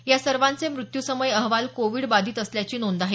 या सर्वांचे मृत्यूसमयी अहवाल कोविड बाधित असल्याची नोंद आहे